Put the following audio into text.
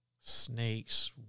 Snakes